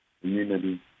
community